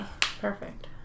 Perfect